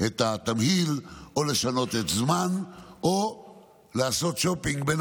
התמהיל או לשנות את הזמן או לעשות שופינג בין